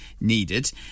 needed